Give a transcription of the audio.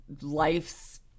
life's